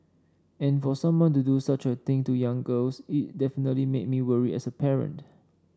and for someone to do such a thing to young girls it definitely made me worry as a parent